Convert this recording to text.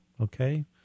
okay